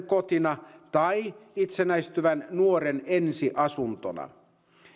kotina tai itsenäistyvän nuoren ensiasuntona